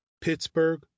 Pittsburgh